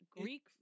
Greek